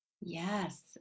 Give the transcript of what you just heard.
Yes